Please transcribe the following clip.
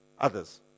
others